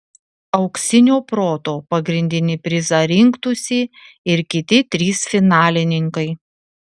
auksinio proto pagrindinį prizą rinktųsi ir kiti trys finalininkai